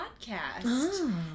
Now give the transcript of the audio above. podcast